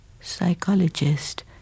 psychologist